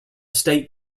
state